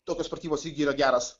tokios pratybos irgi yra geras